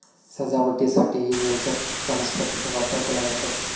सजावटीसाठीही जलचर वनस्पतींचा वापर केला जातो